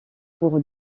pour